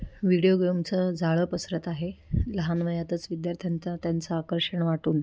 video गेमचं जाळं पसरत आहे लहान वयातच विद्यार्थ्यांचा त्यांचं आकर्षण वाटून